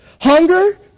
Hunger